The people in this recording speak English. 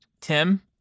Tim